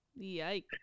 Yikes